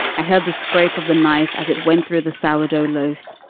i heard the scrape of the knife as it went through the sour dough loaf.